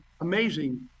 amazing